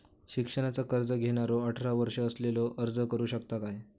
शिक्षणाचा कर्ज घेणारो अठरा वर्ष असलेलो अर्ज करू शकता काय?